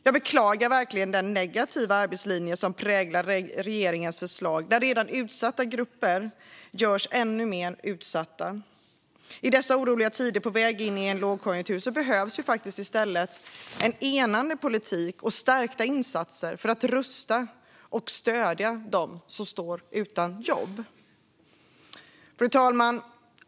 Jag beklagar verkligen den negativa arbetslinje som präglar regeringens förslag, där redan utsatta grupper görs ännu mer utsatta. I dessa oroliga tider på väg in i en lågkonjunktur behövs i stället en enande politik och stärkta insatser för att rusta och stödja dem som står utan jobb.